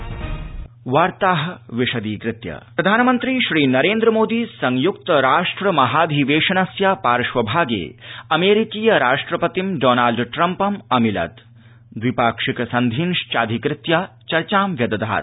Modi Trump मेलनम प्रधानमन्त्री श्रीनरेन्द्र मोदी संयुक्त राष्ट्र महाधिवेशनस्य पार्श्वभागे अमेरिकीय राष्ट्रपतिं डॉनल्ड ट्रम्पम् अमिलत् द्विपाक्षिक सन्धींश्चाधिकृत्य चर्चा व्यदधात्